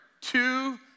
two